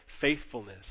faithfulness